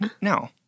No